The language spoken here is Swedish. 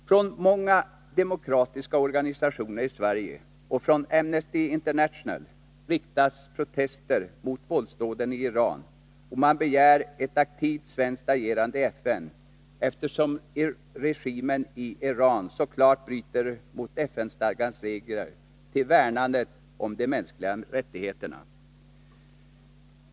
Från många demokratiska organisationer i Sverige och från Amnesty International riktas protester mot våldsdåden i Iran, och man begär ett aktivt svenskt agerande i FN, eftersom regimen i Iran så klart bryter mot FN-stadgans regler till värnandet om de mänskliga rättigheterna.